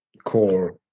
core